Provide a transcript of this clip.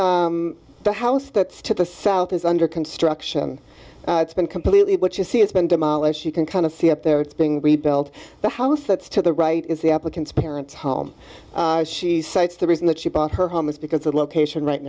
overview the house that's to the south is under construction it's been completely but you see it's been demolished you can kind of see up there it's being rebuilt the house that's to the right is the applicant's parents home she cites the reason that she bought her home is because the location right